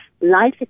life